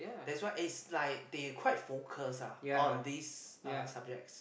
that's why is like they quite focus lah on this uh subjects